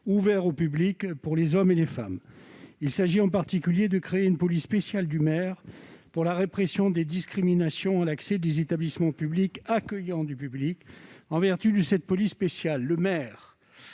ouvert au public séparés pour les hommes et les femmes. Il s'agit en particulier de créer une police spéciale du maire pour la répression des discriminations à l'accès des établissements publics accueillant du public. En vertu de cette police spéciale,